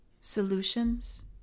solutions